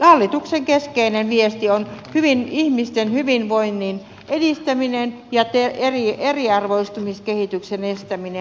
hallituksen keskeinen viesti on ihmisten hyvinvoinnin edistäminen ja eriarvoistumiskehityksen estäminen